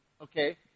okay